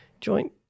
joint